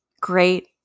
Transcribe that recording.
great